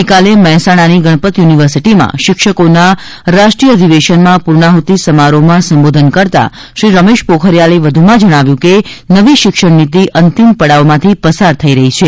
ગઇકાલે મહેસાણાની ગણપત યુનિવર્સિટીમાં શિક્ષકોના રાષ્ટ્રીય અધિવેશનમાં પૂર્ણાહૃતિ સમારોહમાં સંબોધન કરતાં શ્રી રમેશ પોખરીયાલે વધુમાં જણાવ્યું કે નવી શિક્ષણ નીતિ અંતિમ પડાવમાંથી પસાર થઇ રહી છે